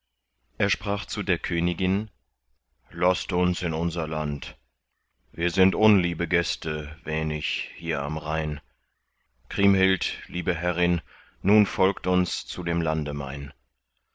er sprach zu der königin laßt uns in unser land wir sind unliebe gäste wähn ich hier am rhein kriemhild liebe herrin nun folgt uns zu dem lande mein